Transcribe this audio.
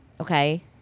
Okay